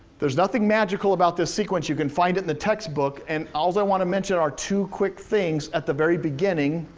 there's nothing magical about this sequence. you can find it in the textbook, and all i want to mention are two quick things at the very beginning,